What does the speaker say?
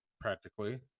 practically